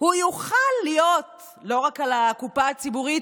שיוכל להיות לא רק על הקופה הציבורית,